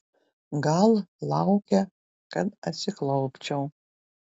gal laukia kad atsiklaupčiau